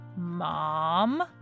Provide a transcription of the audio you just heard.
Mom